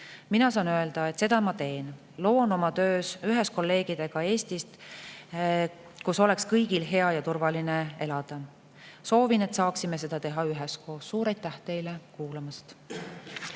Mina saan öelda, et seda ma teen. Loon oma töös ühes kolleegidega Eestit, kus oleks kõigil hea ja turvaline elada. Soovin, et saaksime seda teha üheskoos. Suur aitäh teile kuulamast!